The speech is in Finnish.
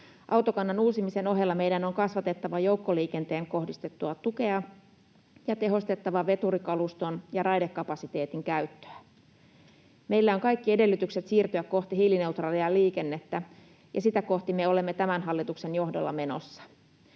Autokannan uusimisen ohella meidän on kasvatettava joukkoliikenteeseen kohdistettua tukea ja tehostettava veturikaluston ja raidekapasiteetin käyttöä. Meillä on kaikki edellytykset siirtyä kohti hiilineutraalia liikennettä, ja sitä kohti me olemme tämän hallituksen johdolla menossa.